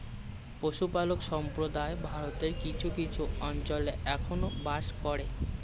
পশুপালক সম্প্রদায় ভারতের কিছু কিছু অঞ্চলে এখনো বাস করে